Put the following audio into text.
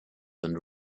and